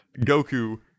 Goku